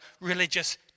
religious